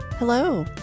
Hello